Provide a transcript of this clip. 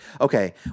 okay